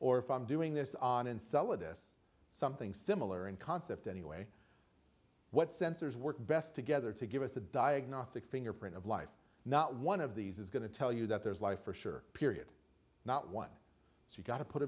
or if i'm doing this on an cell of this something similar in concept anyway what sensors work best together to give us a diagnostic fingerprint of life not one of these is going to tell you that there's life for sure period not one so you've got to put